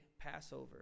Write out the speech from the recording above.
Passover